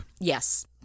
Yes